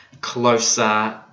closer